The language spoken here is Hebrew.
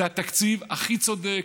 זה התקציב הכי צודק,